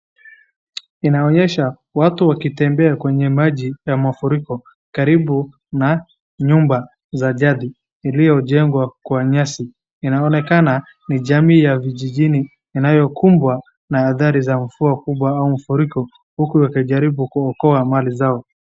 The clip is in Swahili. Inaonyesha watu wakitembea kwenye maji ya mafuriko karibu na nyumba za jadi iliyojengwa kwa nyasi. Inaonekana ni jamii ya vijijini inayokumbwa na athari za mvua kubwa au mafuriko huku wakijaribu kuokoa mali zao.